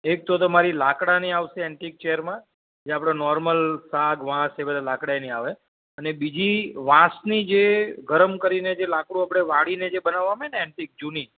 એક તો તમારી લાકડાની આવશે એન્ટિક ચેરમાં જે આપણો નોર્મલ સાગ વાસ એ બધા લાકડા એની આવે અને બીજી વાંસની જે ગરમ કરીને જે લાકડું આપણે વાળીને જે બનાવામાં ને એન્ટિક જૂની